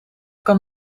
kan